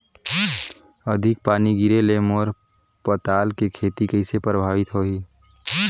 अधिक पानी गिरे ले मोर पताल के खेती कइसे प्रभावित होही?